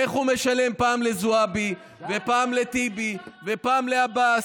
איך הוא משלם פעם לזועבי ופעם לטיבי ופעם לעבאס,